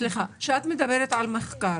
כשאת מדברת על מחקר,